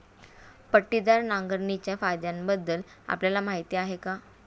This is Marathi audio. पट्टीदार नांगरणीच्या फायद्यांबद्दल आपल्याला माहिती आहे का?